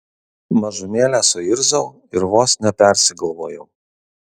mažumėlę suirzau ir vos nepersigalvojau